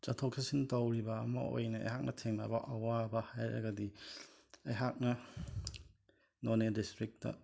ꯆꯠꯊꯣꯛ ꯆꯠꯁꯤꯟ ꯇꯧꯔꯤꯕ ꯑꯃ ꯑꯣꯏꯅ ꯑꯩꯍꯥꯛꯅ ꯊꯦꯡꯅꯕ ꯑꯋꯥꯕ ꯍꯥꯏꯔꯒꯗꯤ ꯑꯩꯍꯥꯛꯅ ꯅꯪꯅꯦ ꯗꯤꯁꯇ꯭ꯔꯤꯛꯇ